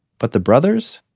but the brothers?